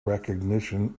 recognition